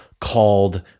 called